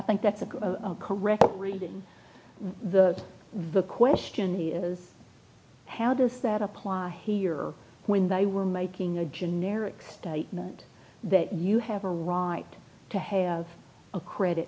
think that's a correct reading the the question is how does that apply here when they were making a generic statement that you have a right to have a credit